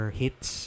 hits